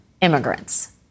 immigrants